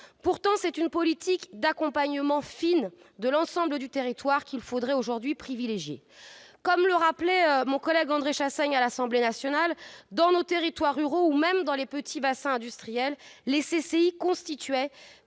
Pourtant, c'est une politique d'accompagnement fine de l'ensemble du territoire qu'il faudrait privilégier. Comme le rappelait justement André Chassaigne à l'Assemblée nationale, dans nos territoires ruraux ou dans les petits bassins industriels, les CCI constituaient